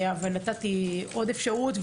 אבל נתתי עוד אפשרות.